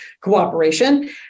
cooperation